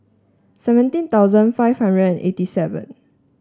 seventeen thousand five hundred and eighty seven